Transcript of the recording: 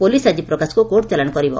police ଆକି ପ୍ରକାଶଙ୍କୁ court ଚାଲାଶ କରିବ